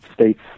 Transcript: states